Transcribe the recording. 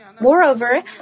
Moreover